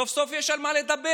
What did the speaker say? סוף-סוף יש על מה לדבר.